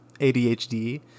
ADHD